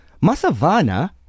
Masavana